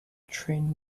train